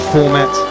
Format